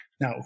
Now